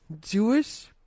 Jewish